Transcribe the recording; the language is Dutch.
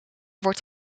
wordt